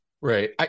Right